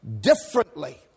differently